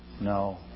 No